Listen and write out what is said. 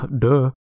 duh